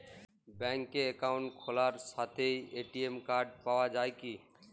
ব্যাঙ্কে অ্যাকাউন্ট খোলার সাথেই এ.টি.এম কার্ড পাওয়া যায় কি?